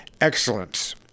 excellence